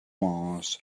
mars